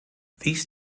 these